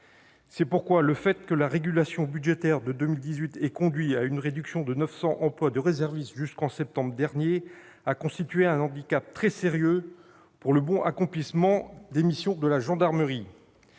C'est pourquoi le fait que la régulation budgétaire de 2018 ait conduit à une réduction de 900 emplois de réservistes jusqu'en septembre dernier a constitué un handicap très sérieux pour le bon accomplissement des missions de la gendarmerie.